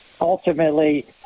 Ultimately